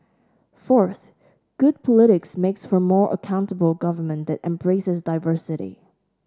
fourth good politics makes for more accountable government that embraces diversity